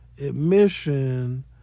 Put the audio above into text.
admission